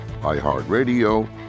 iHeartRadio